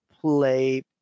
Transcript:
play